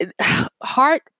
heart